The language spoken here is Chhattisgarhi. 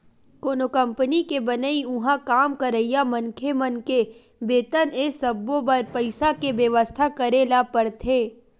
कोनो कंपनी के बनई, उहाँ काम करइया मनखे मन के बेतन ए सब्बो बर पइसा के बेवस्था करे ल परथे